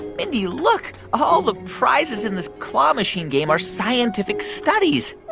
mindy, look. all the prizes in this claw machine game are scientific studies